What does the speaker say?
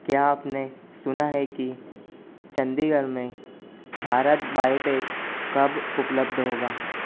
क्या आपने सुना है कि चंडीगढ़ में भारत बायोटेक कब उपलब्ध होगा